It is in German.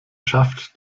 schafft